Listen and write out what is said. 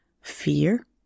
fear